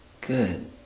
Good